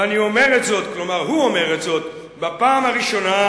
ואני אומר את זאת בפעם הראשונה,